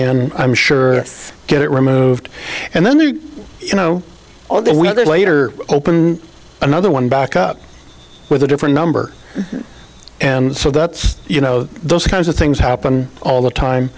in i'm sure get it removed and then you know all the other later open another one back up with a different number and so that's you know those kinds of things happen all the